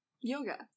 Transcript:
yoga